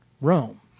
Rome